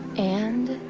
and.